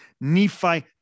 Nephi